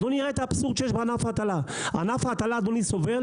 ענף ההטלה סובל